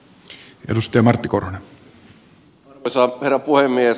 arvoisa herra puhemies